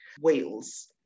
Wales